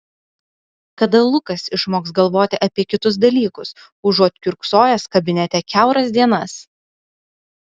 kada lukas išmoks galvoti apie kitus dalykus užuot kiurksojęs kabinete kiauras dienas